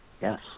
Yes